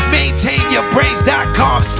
maintainyourbrains.com